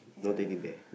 no teddy bear